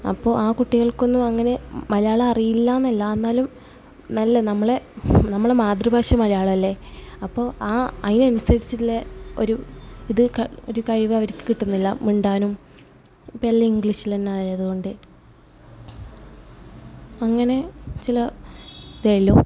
അപ്പോൾ ആ കുട്ടികൾക്കൊന്നും അങ്ങനെ മലയാളം അറിയില്ല എന്നല്ല എന്നാലും നല്ല നമ്മളെ നമ്മളുടെ മാതൃഭാഷ മലയാളം അല്ലേ അപ്പോൾ ആ അതനുസരിച്ചുള്ള ഒരു ഇത് ഒര് കഴിവ് അവർക്ക് കിട്ടുന്നില്ല മിണ്ടാനും ഇപ്പം എല്ലാം ഇംഗ്ലീഷിൽ തന്നെ ആയത്കൊണ്ട് അങ്ങനെ ചില എന്തേലും